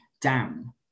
down